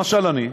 למשל, אני,